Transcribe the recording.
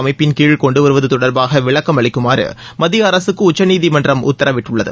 அமைப்பின் கீழ் கொண்டுவருவது தொடர்பாக விளக்கம் அளிக்குமாறு மத்திய அரசுக்கு உச்சநீதிமன்றம் உத்தரவிட்டுள்ளது